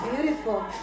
beautiful